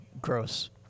gross